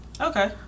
Okay